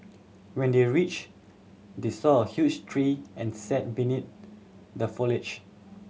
when they reached they saw a huge tree and sat beneath the foliage